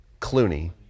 Clooney